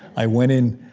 i went in